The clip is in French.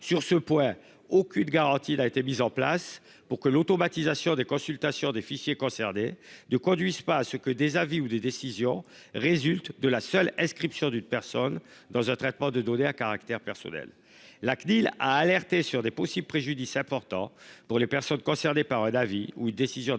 sur ce point aucune garantie. Il a été mis en place pour que l'automatisation des consultations des fichiers concernés 2 conduisent pas à ce que des avis ou des décisions résulte de la seule inscription d'une personne dans un traitement de données à caractère personnel. La CNIL a alerté sur des possibles le préjudice important pour les personnes concernées par avis ou décisions défavorables